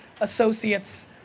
associates